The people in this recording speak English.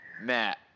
Matt